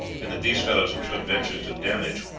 and that these fellows should venture to damage